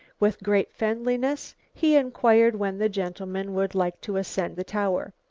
with great friendliness he inquired when the gentlemen would like to ascend the tower.